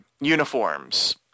uniforms